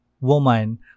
woman